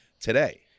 today